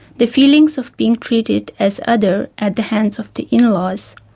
the feelings of being treated as other at the hands of the in-laws,